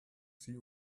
sie